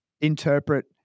interpret